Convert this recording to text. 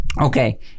Okay